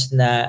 na